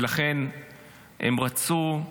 ולכן הם רצו,